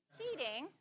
Cheating